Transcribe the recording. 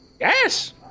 Yes